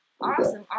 Awesome